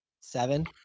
seven